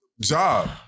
job